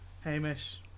Hamish